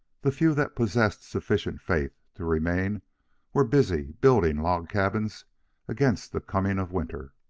the few that possessed sufficient faith to remain were busy building log cabins against the coming of winter.